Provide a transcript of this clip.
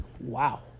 Wow